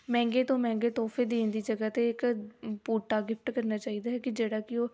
ਮਹਿੰਗੇ ਤੋਂ ਮਹਿੰਗੇ ਤੋਹਫੇ ਦੇਣ ਦੀ ਜਗ੍ਹਾ 'ਤੇ ਇੱਕ ਬੂਟਾ ਗਿਫਟ ਕਰਨਾ ਚਾਹੀਦਾ ਹੈ ਕਿ ਜਿਹੜਾ ਕਿ ਉਹ